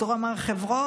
בדרום הר חברון,